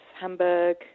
Hamburg